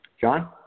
John